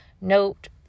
note